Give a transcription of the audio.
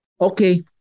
Okay